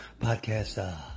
podcast